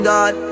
God